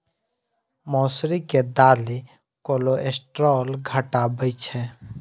मौसरी के दालि कोलेस्ट्रॉल घटाबै छै